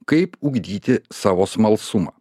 kaip ugdyti savo smalsumą